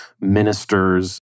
ministers